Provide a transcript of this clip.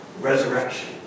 Resurrection